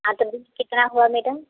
हाँ तो बिल कितना हुआ मैडम